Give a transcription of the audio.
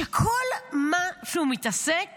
שכל מה שהוא מתעסק